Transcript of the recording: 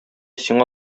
сиңа